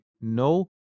no